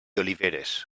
oliveres